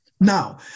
Now